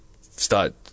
start